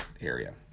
area